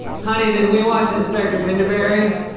honey, did we watch inspector pinderberry?